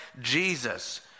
Jesus